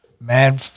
Man